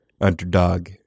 underdog